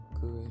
good